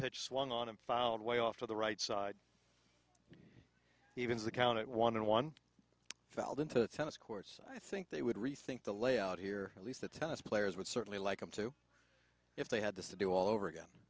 pitch swung on him found way off to the right side even as the count it one in one fell into the tennis courts i think they would rethink the layout here at least the tennis players would certainly like them too if they had to do all over again